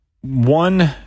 one